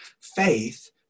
Faith